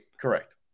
Correct